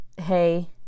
hey